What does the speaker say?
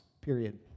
period